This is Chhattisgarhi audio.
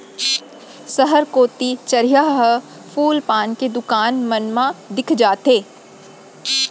सहर कोती चरिहा ह फूल पान के दुकान मन मा दिख जाथे